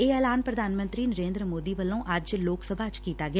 ਇਹ ਐਲਾਨ ਪ੍ਰਧਾਨ ਮੰਤਰੀ ਨਰੇ ਂਦਰ ਮੋਦੀ ਵੱਲੋ ਂ ੱਜ ਲੋਕ ਸਭਾ ਚ ਕੀਤਾ ਗਿਆ